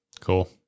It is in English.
Cool